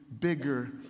bigger